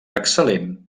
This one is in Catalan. excel·lent